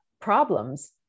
problems